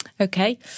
Okay